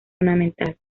ornamental